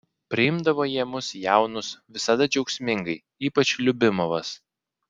priimdavo jie mus jaunus visada džiaugsmingai ypač liubimovas